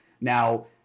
now